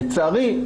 לצערי,